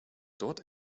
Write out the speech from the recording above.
dort